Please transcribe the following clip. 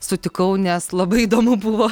sutikau nes labai įdomu buvo